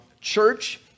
church